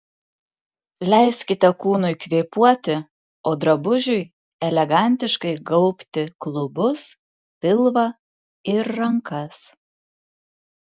leiskite kūnui kvėpuoti o drabužiui elegantiškai gaubti klubus pilvą ir rankas